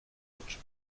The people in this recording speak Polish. oczy